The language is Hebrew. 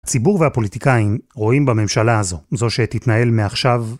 ציבור והפוליטיקאים רואים בממשלה הזו, זו שתתנהל מעכשיו.